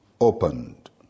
opened